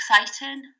exciting